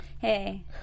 Hey